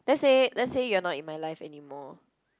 let's say let's say you're not in my life anymore